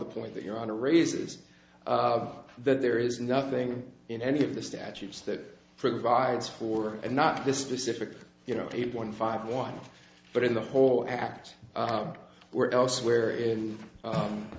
the point that you're on a raises of that there is nothing in any of the statutes that provides for and not this specific you know it one five one but in the whole act were elsewhere in